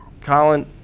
Colin